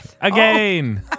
again